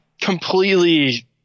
completely